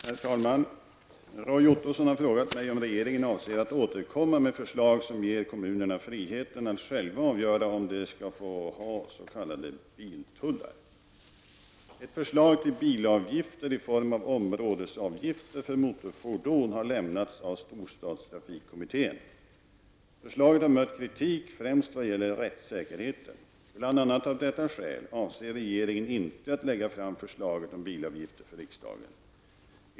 Herr talman! Roy Ottosson har frågat mig om regeringen avser att återkomma med förslag som ger kommunerna friheten att själva avgöra om de skall få ha s.k. biltullar. Ett förslag till bilavgifter i form av områdesavgifter för motorfordon har lämnats av storstadstrafikkommittén. Förslaget har mött kritik främst vad gäller rättssäkerheten. Bl.a. av detta skäl avser regeringen inte att lägga fram förslaget om bilavgifter för riksdagen.